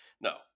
No